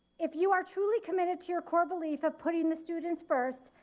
if you are truly committed to your core belief of putting the students first,